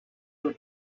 your